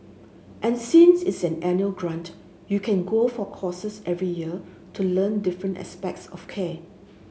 and since it's an annual grant you can go for courses every year to learn different aspects of care